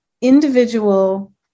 individual